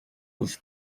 was